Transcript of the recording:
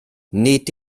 nid